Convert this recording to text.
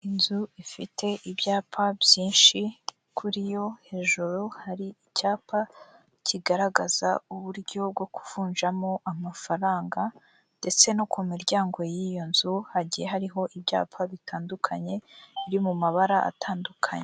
Inzu ifite ibyapa byinshi kuri yo hejuru hari icyapa kigaragaza uburyo bwo kuvunjamo amafaranga ndetse no ku miryango y'iyo nzu hagiye hariho ibyapa bitandukanye biri mu mabara atandukanye.